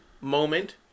moment